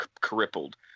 crippled